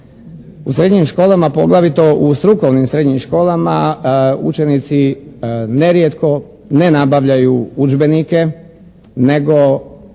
U srednjim školama, poglavito u strukovnim srednjim školama učenici nerijetko ne nabavljaju udžbenike, nego